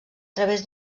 través